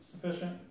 sufficient